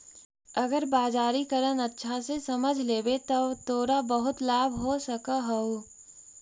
अगर बाजारीकरण अच्छा से समझ लेवे त तोरा बहुत लाभ हो सकऽ हउ